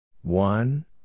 One